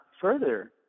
further